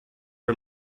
are